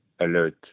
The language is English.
alert